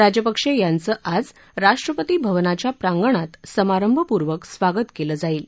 राजपक्षे यांचं आज राष्ट्रपती भवनाच्या प्रांगणात समारंभपूर्वक स्वागत केलं जाईल